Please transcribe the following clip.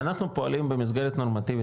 אנחנו פועלים במסגרת נורמטיבית